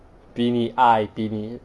比你矮比你